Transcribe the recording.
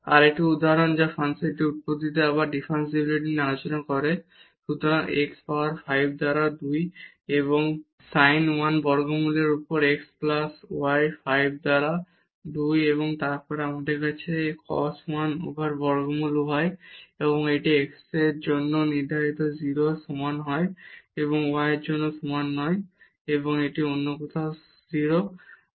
আরেকটি উদাহরণ যা এই ফাংশনের উৎপত্তিতে আবার ডিফারেনশিবিলিটি নিয়ে আলোচনা করে সুতরাং x পাওয়ার 5 দ্বারা 2 এবং sine 1 বর্গমূলের উপর x প্লাস y 5 দ্বারা 2 এবং তারপর আমাদের আছে cos 1 ওভার বর্গমূল y এবং এটি x এর জন্য নির্ধারিত হয় 0 এর সমান নয় এবং y 0 এর সমান নয় এবং এটি অন্য কোথাও 0